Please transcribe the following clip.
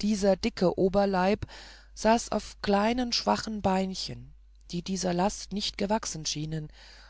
dieser dicke oberleib saß auf kleinen schwachen beinchen die dieser last nicht gewachsen schienen